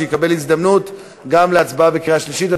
שיקבל הזדמנות גם להצבעה בקריאה שלישית.